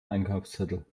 einkaufszettel